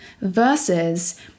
versus